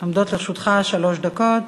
עומדות לרשותך שלוש דקות.